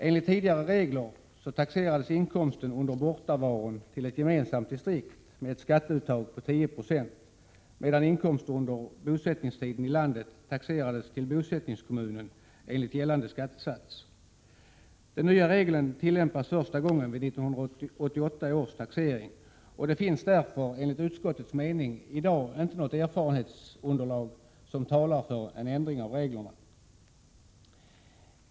Enligt tidigare regler taxerades inkomster under bortovaron till ett gemensamt distrikt med ett skatteuttag på 10 96, medan inkomster under bosättningstiden i landet taxerades till bosättningskommunen enligt gällande skattesats. Den nya regeln tillämpas första gången vid 1988 års taxering. Det finns därför enligt utskottets mening i dag inte något erfarenhetsunderlag som talar för en ändring av reglerna.